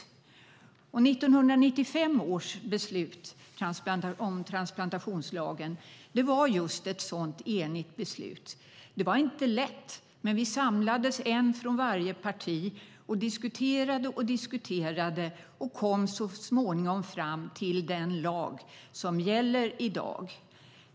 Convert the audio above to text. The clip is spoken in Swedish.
1995 års beslut om transplantationslagen var just ett sådant enigt beslut. Det var inte lätt. Men vi samlades, en från varje parti, och diskuterade och diskuterade och kom så småningom fram till den lag som gäller i dag.